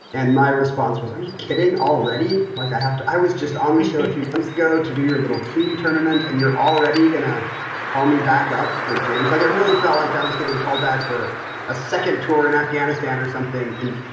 and my response was, are you kidding already? like i have to. i was just on the show. if you go to do your little team tournament and you're already gonna call me backup for games, like it really felt like i was getting called back for a second tour in afghanistan or something. and,